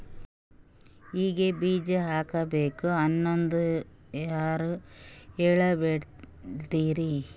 ಹಿಂಗ್ ಬೀಜ ಹಾಕ್ಬೇಕು ಅನ್ನೋದು ಯಾರ್ ಹೇಳ್ಕೊಡ್ತಾರಿ?